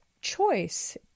choice